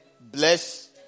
bless